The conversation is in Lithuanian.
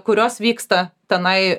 kurios vyksta tenai